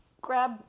grab